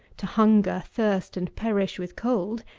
to hunger, thirst, and perish with cold,